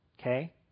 Okay